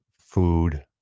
food